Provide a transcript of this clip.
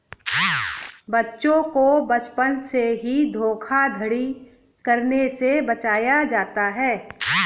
बच्चों को बचपन से ही धोखाधड़ी करने से बचाया जाता है